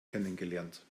kennengelernt